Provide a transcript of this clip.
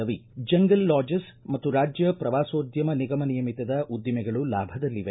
Ravi jungle lodges ಮತ್ತು ರಾಜ್ಯ ಪ್ರವಾಸೋದ್ಯಮ ನಿಗಮ ನಿಯಮಿತದ ಉದ್ದಿಮೆಗಳು ಲಾಭದಲ್ಲಿವೆ